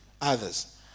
others